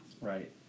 Right